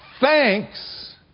thanks